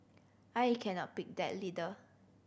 I cannot pick that leader